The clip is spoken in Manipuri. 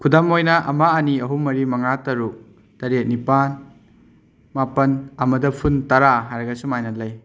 ꯈꯨꯗꯝ ꯑꯣꯏꯅ ꯑꯃ ꯑꯅꯤ ꯑꯍꯨꯝ ꯃꯔꯤ ꯃꯉꯥ ꯇꯔꯨꯛ ꯇꯔꯦꯠ ꯅꯤꯄꯥꯜ ꯃꯥꯄꯜ ꯑꯃꯗ ꯐꯨꯟ ꯇꯔꯥ ꯍꯥꯏꯔꯒ ꯑꯁꯨꯃꯥꯏꯅ ꯂꯩ